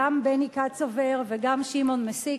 גם בני קצובר וגם גרשון מסיקה,